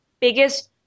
biggest